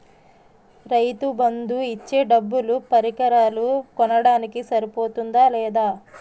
రైతు బందు ఇచ్చే డబ్బులు పరికరాలు కొనడానికి సరిపోతుందా లేదా?